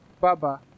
Baba